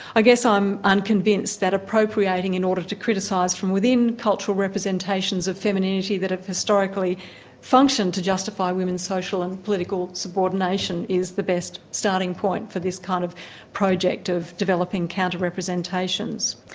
i guess i'm unconvinced that appropriating in order to criticise from within cultural representations of femininity that have historically functioned to justify women's social and political subordination is the best starting point for this kind of project of developing counter-representations